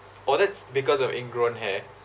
oh that's because of ingrown hair